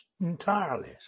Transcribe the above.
entirely